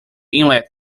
inlet